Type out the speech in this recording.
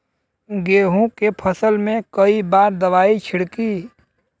गेहूँ के फसल मे कई बार दवाई छिड़की?